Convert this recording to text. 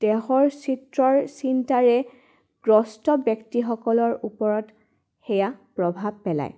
দেহৰ চিত্ৰৰ চিন্তাৰে গ্ৰষ্ট ব্যক্তিসকলৰ ওপৰত সেয়া প্ৰভাৱ পেলায়